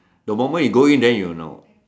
the moment you go in then you will know